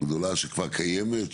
גדולה שכבר קיימת,